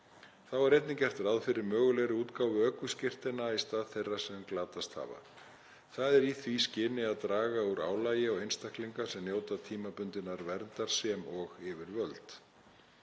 Þá er einnig gert ráð fyrir mögulegri útgáfu ökuskírteina í stað þeirra sem glatast hafa. Það er í því skyni að draga úr álagi á einstaklinga sem njóta tímabundinnar verndar sem og yfirvöld.